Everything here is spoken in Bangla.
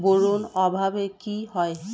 বোরন অভাবে কি হয়?